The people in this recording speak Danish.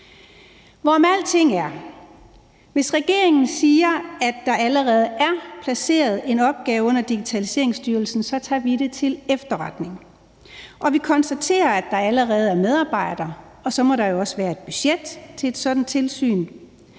Hvorom alting er, hvis regeringen siger, at der allerede er placeret en opgave under Digitaliseringsstyrelsen, tager vi det til efterretning, og vi konstaterer, at der allerede er medarbejdere, og at så må der også være et budget til et sådant tilsyn.